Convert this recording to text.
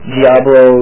Diablo